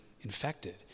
infected